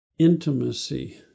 Intimacy